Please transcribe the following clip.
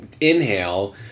inhale